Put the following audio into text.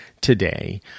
today